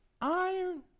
iron